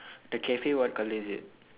the cafe what colour is it